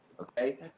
okay